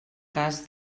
cas